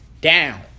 down